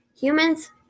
Humans